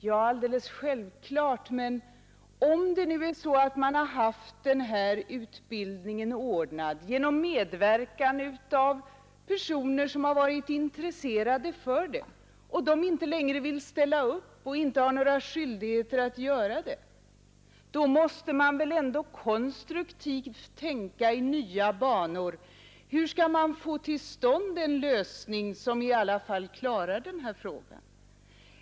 Ja, det är alldeles självklart, men om man nu har haft den här utbildningen ordnad genom medverkan av personer som varit intresserade för den och de inte längre vill ställa upp — och inte har några skyldigheter att göra det — måste man väl ändå konstruktivt tänka i nya banor: Hur skall man få till stånd en lösning som i alla fall klarar den här frågan?